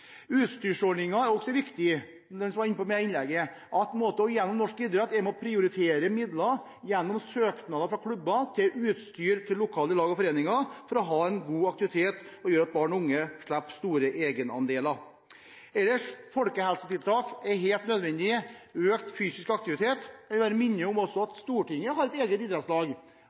er også viktig, som noen var inne på, at en gjennom norsk idrett er med og prioriterer midler etter søknader fra klubber til utstyr til lokale lag og foreninger, for at de skal ha god aktivitet, og for at barn og unge skal slippe store egenandeler. Ellers: Folkehelsetiltak er helt nødvendige – økt fysisk aktivitet. Jeg vil bare minne om at Stortinget har et eget